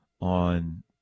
on